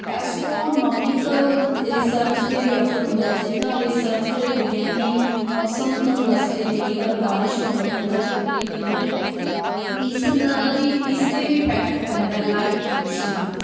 astronomical research 'ਤੇ ਵੀ ਅਸਰ ਹੁੰਦਾ ਹੈ ਜਿੱਦਾਂ ਰਿਸਰਚ ਵਿਗਿਆਨੀ ਮੌਸਮ ਨੂੰ ਦੱਸਦੇ ਨੇ ਕਿ ਕੱਲ੍ਹ ਬਾਰਿਸ਼ ਹੋਣੀ ਆ ਜਾਂ ਧੁੱਪ ਨਿਕਲਣੀ ਆ ਇਸ ਤਰ੍ਹਾਂ ਵੀ ਇਸ 'ਤੇ ਵੀ ਫੈਕਟ ਪੈਂਦਾ ਲਾਈਟ ਪ੍ਰਦੂਸ਼ਣ ਦਾ